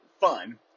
fun